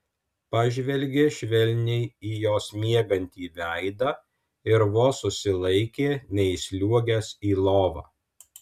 pažvelgė švelniai į jos miegantį veidą ir vos susilaikė neįsliuogęs į lovą